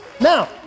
Now